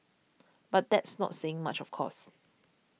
but that's not saying much of course